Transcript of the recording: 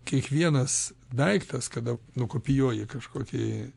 kiekvienas daiktas kada nukopijuoji kažkokį